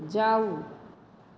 जाउ